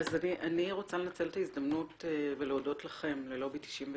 אז אני רוצה לנצל את ההזדמנות ולהודות לכן נציגות